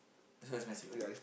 so expensive ah